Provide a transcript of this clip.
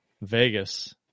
Vegas